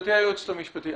גברתי היועצת המשפטית,